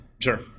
Sure